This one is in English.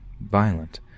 violent